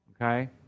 Okay